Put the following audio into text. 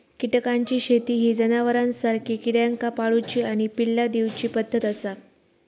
कीटकांची शेती ही जनावरांसारखी किड्यांका पाळूची आणि पिल्ला दिवची पद्धत आसा